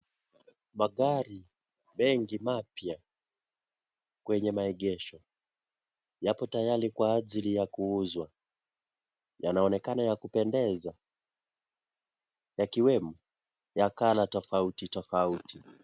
Magari mengi mapya kwenye maegesho, yapo tayari kwa ajili ya kuuzwa, yanaonekana ya kupendeza yakiwemo ya kala tofautitofauti.